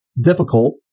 difficult